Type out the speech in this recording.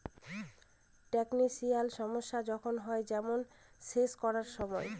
technical সমস্যা যখন হয়, যেমন সেচ করার সময়